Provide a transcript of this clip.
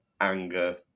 anger